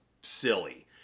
silly